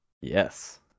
Yes